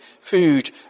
food